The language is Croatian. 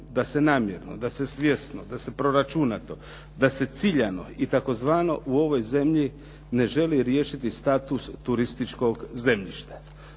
da se namjerno, da se svjesno, da se proračunato, da se ciljano i tzv. u ovoj zemlji ne želi riješiti status turističkog zemljišta.